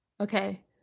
Okay